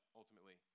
ultimately